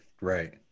right